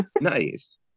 nice